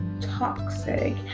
toxic